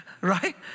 right